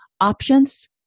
options